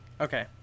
Okay